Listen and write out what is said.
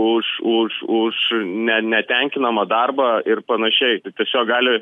už už už ne netenkinamą darbą ir panašiai tiesiog gali